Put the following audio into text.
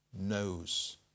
knows